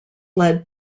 led